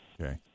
okay